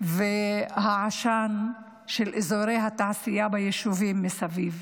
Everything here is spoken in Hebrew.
והעשן של אזורי התעשייה ביישובים מסביב.